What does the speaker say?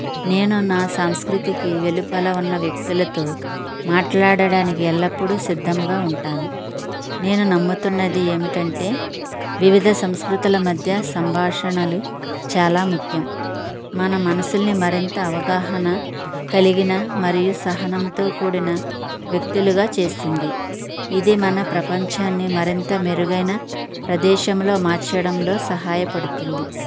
నేను నా సంస్కృతికి వెలుపల ఉన్న వ్యక్తులతో మాట్లాడడానికి ఎల్లప్పుడూ సిద్ధంగా ఉంటాను నేను నమ్ముతున్నది ఏమిటంటే వివిధ సంస్కృతుల మధ్య సంభాషణలు చాలా ముఖ్యం మన మనసుల్ని మరింత అవగాహన కలిగిన మరియు సహనంతో కూడిన వ్యక్తులుగా చేసింది ఇది మన ప్రపంచాన్ని మరింత మెరుగైన ప్రదేశంలో మార్చడంలో సహాయపడుతుంది